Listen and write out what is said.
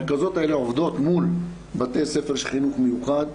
הרכזות האלה עובדות מול בתי ספר של חינוך מיוחד,